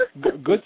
good